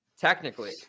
technically